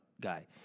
guy